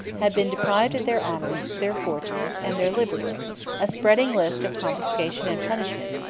had been deprived of their honors, their fortunes, and their liberty a spreading list of confiscation and punishment,